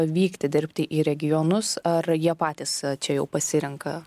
vykti dirbti į regionus ar jie patys čia jau pasirenka